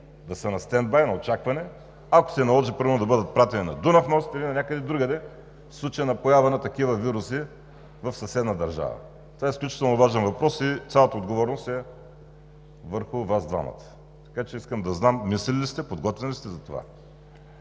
да са на стендбай, да са в очакване, ако се наложи примерно да бъдат пратени на Дунав мост или някъде другаде в случай на поява на такива вируси в съседна държава? Това е изключително важен въпрос и цялата отговорност е върху Вас двамата. Искам да знам мислили ли сте, подготвени ли сте за това?